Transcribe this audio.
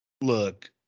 look –